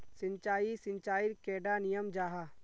सिंचाई सिंचाईर कैडा नियम जाहा?